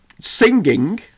singing